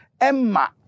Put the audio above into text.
Emma